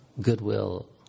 goodwill